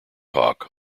hawk